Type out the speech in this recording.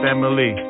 Family